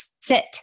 sit